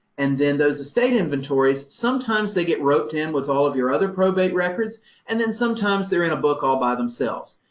and then those estate inventories, sometimes they get roped in with all of your other probate records and then sometimes they're in a book all by themselves.